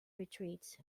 retreats